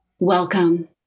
Welcome